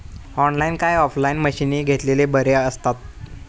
Online काय offline मशीनी घेतलेले बरे आसतात?